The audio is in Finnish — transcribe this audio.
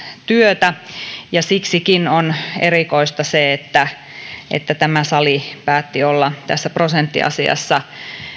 työtä ja siksikin on erikoista se että että tämä sali päätti olla tässä prosenttiasiassa